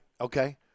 Okay